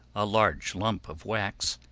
a large lump of wax,